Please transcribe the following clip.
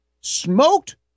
smoked